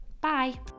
Bye